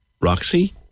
Roxy